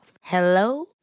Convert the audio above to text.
Hello